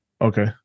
Okay